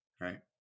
Right